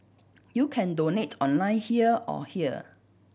you can donate online here or here